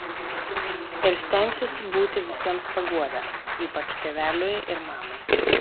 ir stengsiuosi būti visiems paguoda ypač tėveliui ir mamai